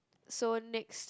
so next